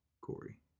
Corey